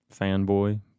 fanboy